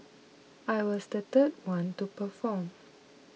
I was the third one to perform